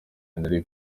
henri